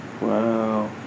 wow